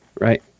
right